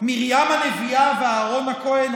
מרים הנביאה ואהרן הכהן,